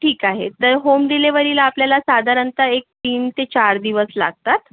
ठीक आहे तर होम डिलेवरीला आपल्याला साधारणतः एक तीन ते चार दिवस लागतात